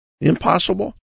Impossible